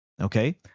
okay